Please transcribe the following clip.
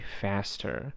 faster